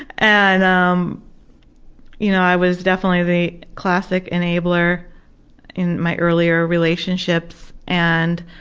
and um you know i was definitely the classic enabler in my earlier relationships, and